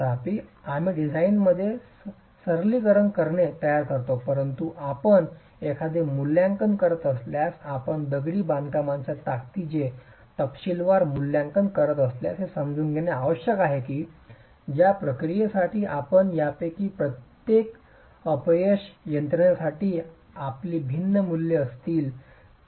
तथापि आम्ही डिझाइनमध्ये सरलीकरणे तयार करतो परंतु आपण एखादे मूल्यांकन करत असल्यास आपण दगडी बांधकामाच्या ताकदीचे तपशीलवार मूल्यांकन करत असल्यास हे समजून घेणे आवश्यक आहे की या क्रियेसाठी आणि यापैकी प्रत्येक अपयश यंत्रणेसाठी आपली भिन्न मूल्ये असतील